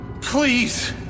Please